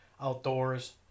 outdoors